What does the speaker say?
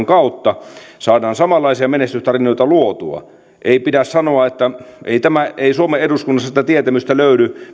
kautta saadaan samanlaisia menestystarinoita luotua ei pidä sanoa että ei suomen eduskunnasta sitä tietämystä löydy